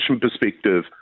perspective